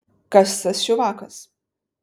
kas tas čiuvakas